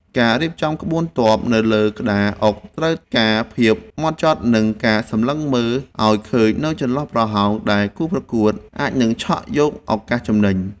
ការរៀបចំក្បួនទ័ពនៅលើក្តារអុកត្រូវការភាពហ្មត់ចត់និងការសម្លឹងមើលឱ្យឃើញនូវចន្លោះប្រហោងដែលគូប្រកួតអាចនឹងឆក់យកឱកាសចំណេញ។